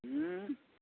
ہوں